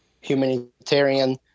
humanitarian